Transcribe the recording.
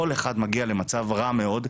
כל אחד מגיע למצב רע מאוד,